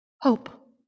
hope